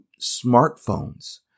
smartphones